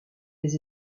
les